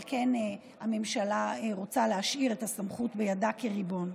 על כן, הממשלה רוצה להשאיר את הסמכות בידה כריבון.